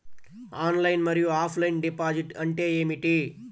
Online మరియు offline deposit అంటే ఏమిటి?